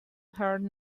heard